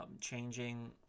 changing